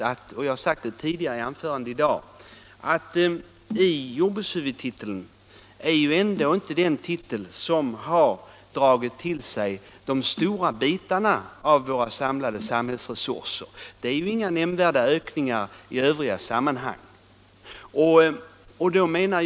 Jag har sagt tidigare i dag att jordbrukshuvudtiteln ändå inte är den huvudtitel som har dragit till sig de stora bitarna av våra samlade samhällsresurser; det är inga nämnvärda ökningar i övriga sammanhang.